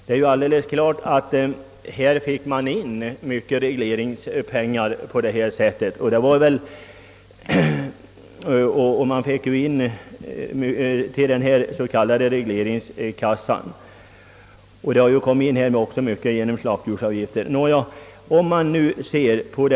På det sättet fick man naturligtvis in mycket regleringspengar till den s.k. regleringskassan, och det har också kommit in stora belopp i slaktdjursavgifter.